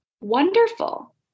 wonderful